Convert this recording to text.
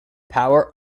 power